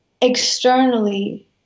externally